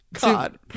god